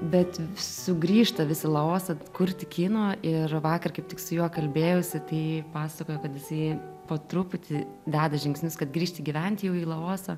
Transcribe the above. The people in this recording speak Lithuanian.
bet sugrįžta visi laosą kurti kino ir vakar kaip tik su juo kalbėjausi tai pasakojo kad jisai po truputį deda žingsnius kad grįžti gyvent jau į laosą